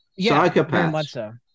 psychopaths